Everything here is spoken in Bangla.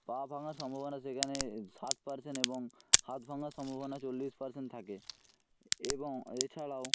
পা ভাঙার সম্ভাবনা সেখানে ষাট পার্সেন্ট এবং হাত ভাঙার সম্ভাবনা চল্লিশ পার্সেন্ট থাকে এবং এছাড়াও